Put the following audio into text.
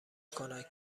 کند